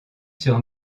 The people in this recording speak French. sur